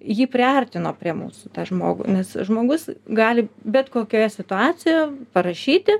jį priartino prie mūsų tą žmogų nes žmogus gali bet kokioje situacijoje parašyti